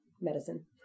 medicine